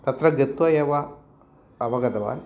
तत्र गत्वा एव अवगतवान्